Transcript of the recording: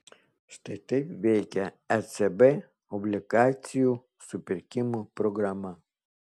štai taip veikia ecb obligacijų supirkimo programa